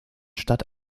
stadt